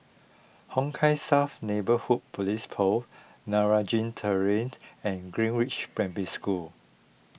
Hong Kah South Neighbourhood Police Post Meragi Terrace and Greenridge Primary School